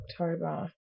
October